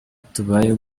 tubayeho